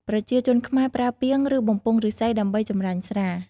ប្រជាជនខ្មែរប្រើពាង និងបំពង់ឫស្សីដើម្បីចម្រាញ់ស្រា។